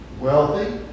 wealthy